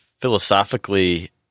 Philosophically